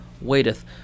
waiteth